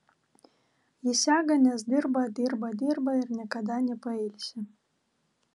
ji serga nes dirba dirba dirba ir niekada nepailsi